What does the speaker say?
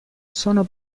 sono